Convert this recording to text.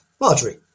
Marjorie